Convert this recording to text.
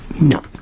No